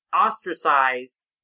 ostracized